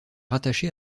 rattaché